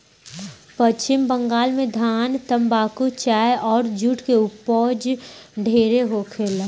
पश्चिम बंगाल में धान, तम्बाकू, चाय अउर जुट के ऊपज ढेरे होखेला